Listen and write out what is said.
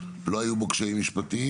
לא היו בו קשיים משפטיים?